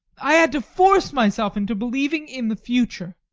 i had to force myself into believing in the future.